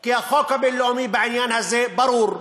כי החוק הבין-לאומי בעניין הזה ברור,